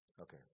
Okay